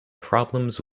problems